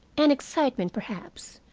an excitement perhaps,